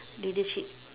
leadership